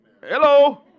Hello